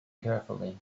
carefully